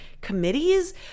committees